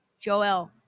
Joel